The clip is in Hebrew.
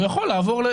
הוא יכול לעבור.